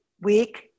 week